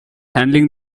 handling